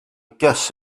guess